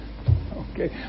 Okay